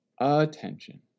attention